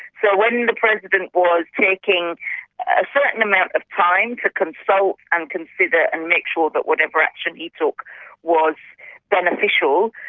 so when the president was taking a certain amount of time to consult and consider and make sure that but whatever action he took was beneficial,